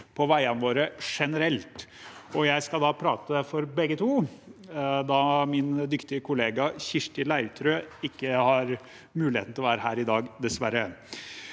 på veiene våre generelt. Jeg skal snakke for begge to, da min dyktige kollega Kirsti Leirtrø dessverre ikke har mulighet til å være her i dag. Det som er